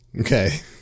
Okay